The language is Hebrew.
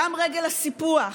גם רגל הסיפוח,